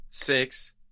Six